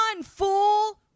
fool